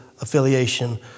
affiliation